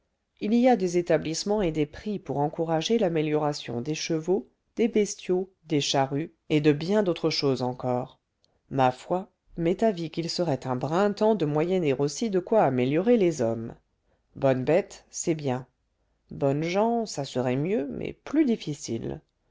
il y a des établissements et des prix pour encourager l'amélioration des chevaux des bestiaux des charrues et de bien d'autres choses encore ma foi m'est avis qu'il serait un brin temps de moyenner aussi de quoi améliorer les hommes bonnes bêtes c'est bien bonnes gens ça serait mieux mais plus difficile